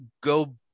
go